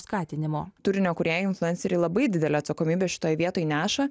skatinimo turinio influenceriai labai didelę atsakomybę šitoj vietoj neša